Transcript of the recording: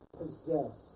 possess